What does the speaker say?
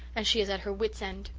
and she is at her wits' end.